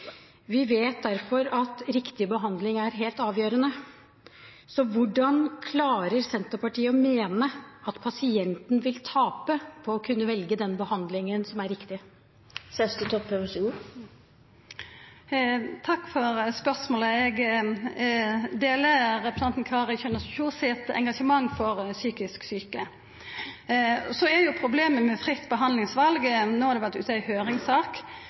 Vi vet derfor at riktig behandling er helt avgjørende. Så hvordan klarer Senterpartiet å mene at pasienten vil tape på å kunne velge den behandlingen som er riktig? Takk for spørsmålet. Eg deler representanten Kari Kjønaas Kjos sitt engasjement for psykisk sjuke. Så til problemet med fritt behandlingsval: No har det vore ute ei